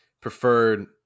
preferred